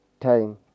time